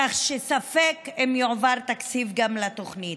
כך שספק אם יועבר תקציב לתוכנית.